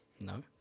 No